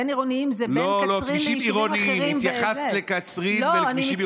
בין-עירוניים זה בין קצרין לבין יישובים אחרים.